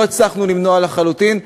לא הצלחנו למנוע לחלוטין,